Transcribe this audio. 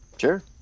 Sure